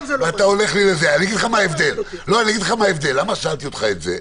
אני אגיד לך מה ההבדל, למה שאלתי אותך את זה?